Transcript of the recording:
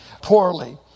Poorly